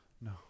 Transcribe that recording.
no